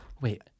wait